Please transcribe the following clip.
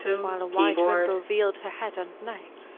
while a white wimple veiled her head and neck.